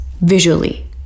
Visually